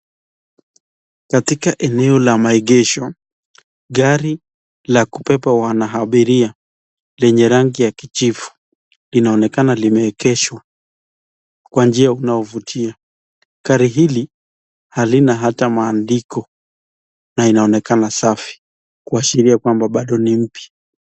Katika eneo la maegesho gari la kubeba wana abiria lenye rangi ya kijivu inaonekana limeegeshwa kwa njia unaofutia. Gari hili halina hata maandiko na inaonekana safi kuashiria kwamba bado ni mpya.